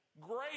great